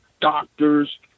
doctors